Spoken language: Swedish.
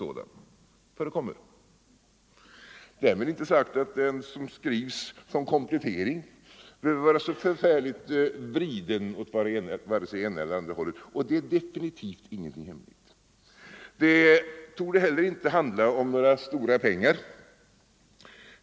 Därmed är inte sagt att den kompletterande skriften behöver vara så förfärligt vriden åt det ena eller andra hållet — och det är definitivt inte hemligt. Det torde inte heller handla om några stora pengar.